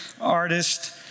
artist